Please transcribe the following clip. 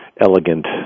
elegant